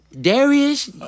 Darius